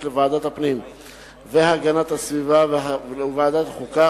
לוועדת הפנים והגנת הסביבה ולוועדת החוקה,